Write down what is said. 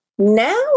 Now